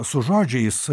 su žodžiais